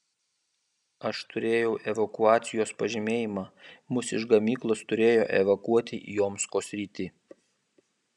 aš turėjau evakuacijos pažymėjimą mus iš gamyklos turėjo evakuoti į omsko sritį